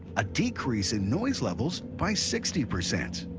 a decrease in noise levels by sixty percent,